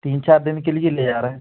तीन चार दिन के लिए ले जा रहें